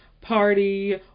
Party